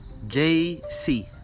JC